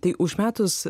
tai užmetus